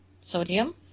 sodium